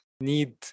need